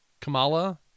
Kamala